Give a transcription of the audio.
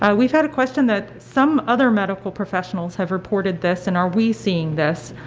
and we've had a question that some other medical professionals have reported this and are we seeing this,